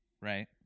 right